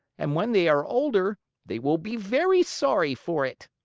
and when they are older they will be very sorry for it.